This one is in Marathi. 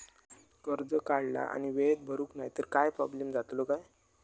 कर्ज काढला आणि वेळेत भरुक नाय तर काय प्रोब्लेम जातलो काय?